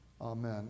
Amen